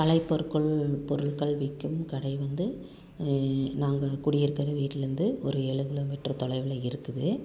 கலைப் பொருட்கள் பொருட்கள் விற்கும் கடை வந்து நாங்கள் குடி இருக்கிற வீட்டிலேருந்து ஒரு ஏழு கிலோ மீட்டர் தொலைவில் இருக்குது